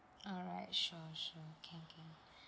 alright sure sure can can